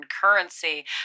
currency